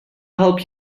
help